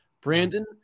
Brandon